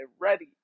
ready